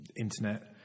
internet